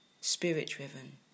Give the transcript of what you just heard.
spirit-driven